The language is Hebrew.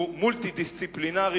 הוא מולטי-דיסציפלינרי,